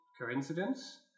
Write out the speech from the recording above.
coincidence